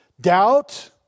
Doubt